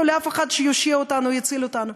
לאף אחד שיושיע אותנו או יציל אותנו,